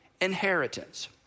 inheritance